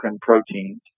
proteins